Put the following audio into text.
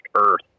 earth